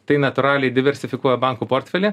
tai natūraliai diversifikuoja bankų portfelį